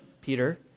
Peter